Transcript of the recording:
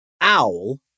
owl